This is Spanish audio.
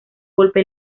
golpe